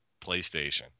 playstation